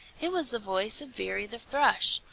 it was the voice of veery the thrush.